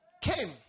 came